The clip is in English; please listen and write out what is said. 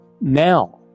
now